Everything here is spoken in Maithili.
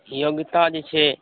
योग्यता जे छै